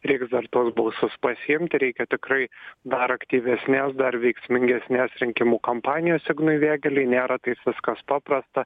reiks dar tuos balsus pasiimti reikia tikrai dar aktyvesnės dar veiksmingesnės rinkimų kampanijos ignui vėgėlei nėra tais viskas paprasta